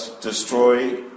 destroy